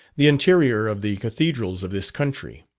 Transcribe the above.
the interior of the cathedrals of this country.